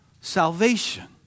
salvation